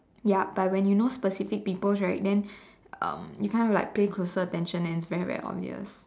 yup but when you know specific people right then um you kind of like pay closer attention and it's very very obvious